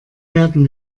werden